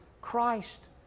Christ